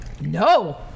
no